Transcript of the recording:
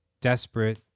desperate